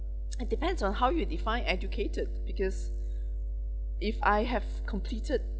it depends on how you define educated because if I have completed